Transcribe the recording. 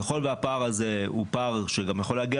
ככל והפער הזה הוא פער שגם יכול להגיע